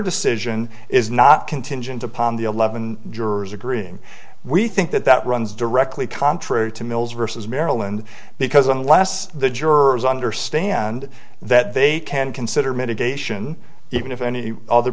decision is not contingent upon the eleven jurors agreeing we think that that runs directly contrary to mills versus maryland because unless the jurors understand that they can consider mitigation even if any other